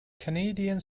canadian